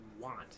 want